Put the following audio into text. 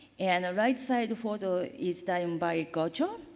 and the right side for the is time by gottscho.